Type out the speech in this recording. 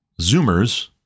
Zoomers